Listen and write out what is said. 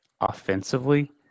offensively